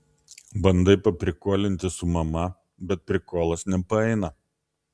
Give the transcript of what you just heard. bandai paprikolinti su mama bet prikolas nepaeina